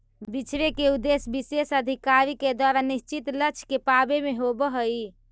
बिछड़े के उद्देश्य विशेष अधिकारी के द्वारा निश्चित लक्ष्य के पावे में होवऽ हई